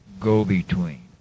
go-between